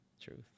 truth